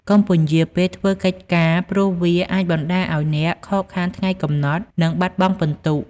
កុំពន្យារពេលធ្វើកិច្ចការ ព្រោះវាអាចបណ្តាលឱ្យអ្នកខកខានថ្ងៃកំណត់ និងបាត់បង់ពិន្ទុ។